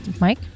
Mike